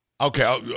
Okay